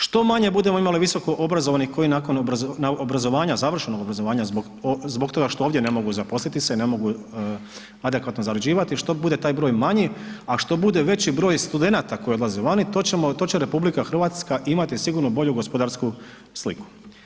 Što manje budemo imali visokoobrazovanih koji nakon završenog obrazovanja zbog toga što ovdje ne mogu zaposliti se, ne mogu adekvatno zarađivati, što bude taj broj manji, a što bude veći broj studenata koji odlaze vani to će RH imati sigurno bolju gospodarsku sliku.